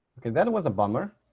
ok, that was a bummer.